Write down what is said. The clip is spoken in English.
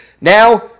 Now